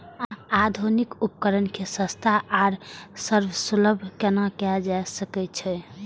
आधुनिक उपकण के सस्ता आर सर्वसुलभ केना कैयल जाए सकेछ?